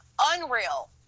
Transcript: Unreal